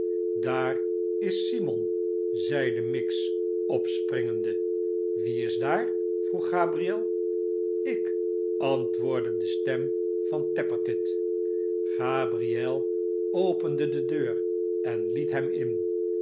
sdaar is simon zeide miggs opspringende a wie is daar vroeg gabriel slk antwoordde de stem van tappertit gabriel opende de deur en liet hem in